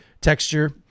texture